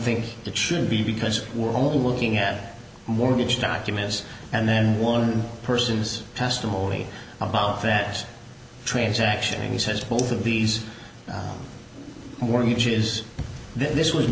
think it should be because we're all looking at mortgage documents and then one person's testimony about that transaction he says both of these mortgages this was